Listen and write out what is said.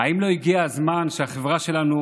האם לא הגיע הזמן שהחברה שלנו